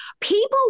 People